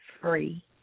free